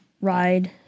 ride